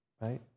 Right